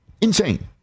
insane